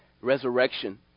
resurrection